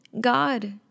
God